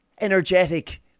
energetic